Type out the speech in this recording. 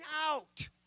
out